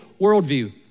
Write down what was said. worldview